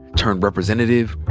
turned representative.